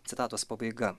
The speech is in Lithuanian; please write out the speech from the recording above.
citatos pabaiga